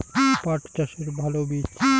পাঠ চাষের ভালো বীজ?